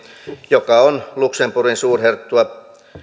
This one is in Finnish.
joka on luxemburgin suurherttuakunnassa